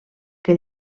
que